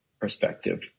perspective